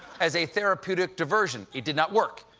as a therapeutic diversion. it didn't work.